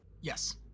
Yes